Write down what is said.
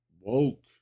Woke